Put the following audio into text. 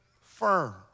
firm